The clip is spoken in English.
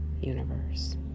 universe